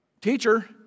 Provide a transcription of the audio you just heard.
teacher